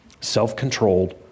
self-controlled